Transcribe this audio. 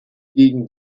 gegen